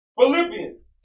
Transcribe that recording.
Philippians